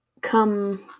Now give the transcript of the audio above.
come